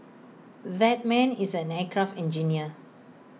that man is an aircraft engineer